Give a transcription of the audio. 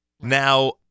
Now